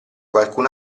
qualcun